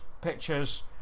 pictures